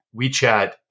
WeChat